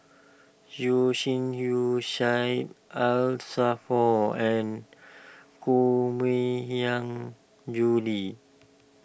Yeo Shih Yun Syed for and Koh Mui Hiang Julie